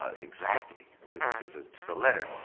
ah exactly to to the the letter.